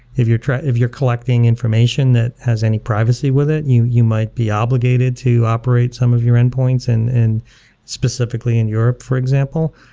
if you're if you're collecting information that has any privacy with it you, you might be obligated to operate some of your endpoints, and specifically, in europe for example,